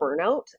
burnout